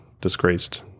disgraced